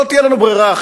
לא תהיה לנו ברירה.